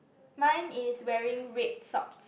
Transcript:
mine is wearing red socks